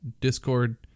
Discord